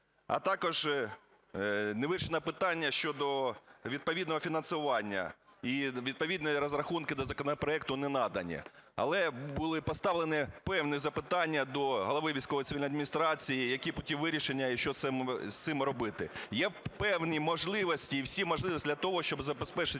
А також не вирішено питання щодо відповідного фінансування і відповідні розрахунки до законопроекту не надані. Але були поставлені певні запитання до голови військово-цивільної адміністрації, які шляхи вирішення і що з цим робити. Є певні можливості і всі можливості для того, щоб забезпечити